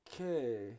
Okay